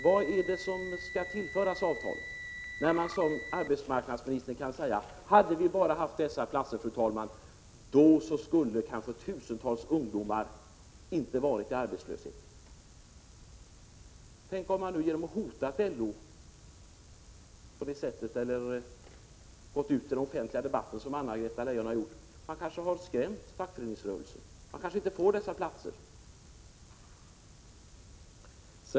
Vad är det som skall tillföras avtalet, när man kan säga som arbetsmarknadsministern gör: Hade vi bara haft dessa platser skulle kanske tusentals ungdomar inte ha varit arbetslösa? Genom att hota LO och att gå ut i den offentliga debatten som Anna-Greta Leijon gjort har man kanske skrämt fackföreningsrörelsen. Man får måhända inte dessa platser.